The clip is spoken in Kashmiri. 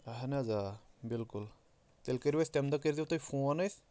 اہن حظ آ بِلکُل تیٚلہِ کٔرو اَسہِ تمہِ دۄہ کٔرۍزیو تُہۍ فون اَسہِ